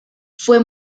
fue